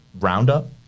Roundup